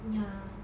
ya